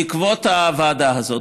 בעקבות הוועדה הזאת,